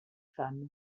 femme